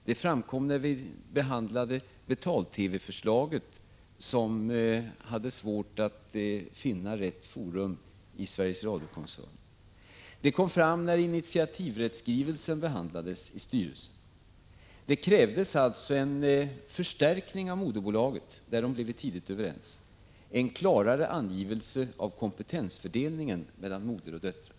Det framkom när vi behandlade förslaget om betal-TV, som hade svårt att finna rätt forum i Sveriges Radio-koncernen, och det framkom när initiativrättsskrivelsen behandlades i styrelsen. Det krävdes alltså en förstärkning av moderbolaget — därom blev vi tidigt överens — och en klarare angivelse av kompetensfördelningen mellan moderbolag och dotterbolag.